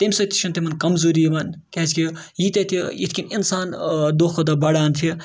تمہِ سۭتۍ تہِ چھِنہٕ تِمَن کَمزوٗری یِوان کیٛازِکہِ ییٖتیٛاہ تہِ یِتھ کٔنۍ اِنسان دۄہ کھۄ دۄہ بَڑان چھِ